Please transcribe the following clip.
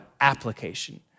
application